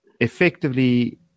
effectively